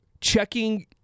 checking